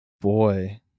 Boy